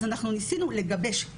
אז אנחנו ניסינו לגבש,